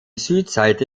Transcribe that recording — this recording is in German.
südseite